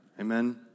Amen